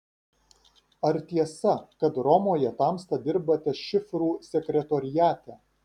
ar tiesa kad romoje tamsta dirbate šifrų sekretoriate